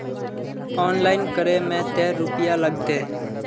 Online करे में ते रुपया लगते?